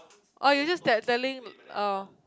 orh you just tell telling orh